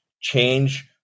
change